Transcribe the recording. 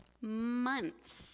months